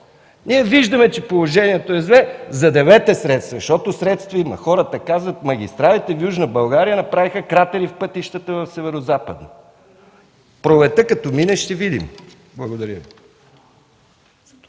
Ние виждаме, че положението е зле. Заделете средства, защото средства има. Хората казват: „Магистралите в Южна България направиха кратери в пътищата в Северозападна България”. Като мине пролетта, ще видим. Благодаря.